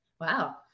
Wow